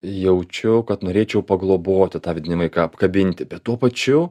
jaučiau kad norėčiau pagloboti tą vidinį vaiką apkabinti bet tuo pačiu